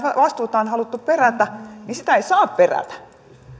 vastuuta on haluttu perätä sitä ei saa perätä